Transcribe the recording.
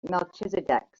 melchizedek